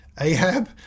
Ahab